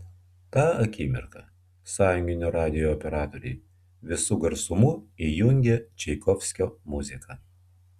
tą akimirką sąjunginio radijo operatoriai visu garsumu įjungė čaikovskio muziką